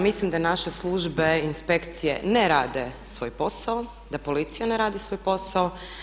Mislim da naše službe i inspekcije ne rade svoj posao, da policija ne radi svoj posao.